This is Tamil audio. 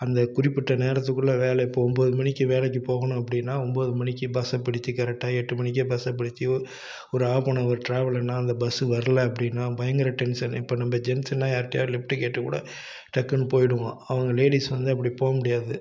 அந்த குறிப்பிட்ட நேரத்துக்குள்ளே வேலை இப்போ ஒம்பது மணிக்கு வேலைக்கு போகணும் அப்படின்னா ஒம்பது மணிக்கு பஸ்ஸை பிடிச்சு கரெக்டாக எட்டு மணிக்கே பஸ்ஸை பிடிச்சியோ ஒரு ஆஃப் ஹனவர் ட்ராவலுன்னா அந்த பஸ்ஸு வரலை அப்படின்னா பயங்கர டென்ஷன்னு இப்போ நம்ப ஜென்ஸுன்னா யார்டையாவது லிஃப்ட்டு கேட்டு கூட டக்குன்னு போயிவிடுவோம் அவங்க லேடீஸ் வந்து அப்படி போக முடியாது